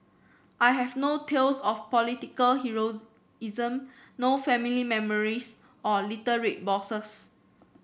I have no tales of political heroism no family memories or little red boxes